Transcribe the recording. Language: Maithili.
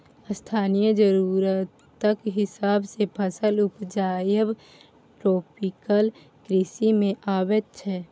स्थानीय जरुरतक हिसाब सँ फसल उपजाएब ट्रोपिकल कृषि मे अबैत छै